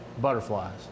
butterflies